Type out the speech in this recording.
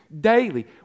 daily